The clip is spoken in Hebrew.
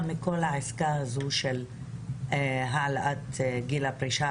מכל העסקה הזאת של העלאת גיל הפרישה?